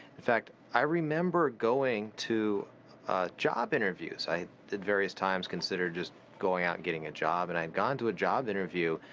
in fact, i remember going to, ah job interviews, i, at various times, considered just going out getting a job. and i'd gone to a job interview.